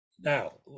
Now